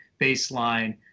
baseline